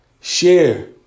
share